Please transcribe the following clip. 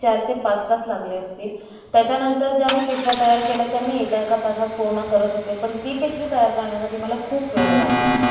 चार ते पाच तास लागले असतील त्याच्यानंतर ज्या मी पिशव्या तयार केला त्या मी एका एका तासात पूर्ण करत होते पण ती पिशवी तयार करण्यासाठी मला खूप वेळ लागला होता